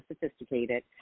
sophisticated